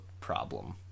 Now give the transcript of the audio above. problem